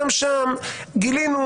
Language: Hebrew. גם שם גילינו,